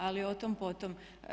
Ali otom, potom.